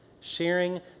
Sharing